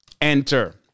Enter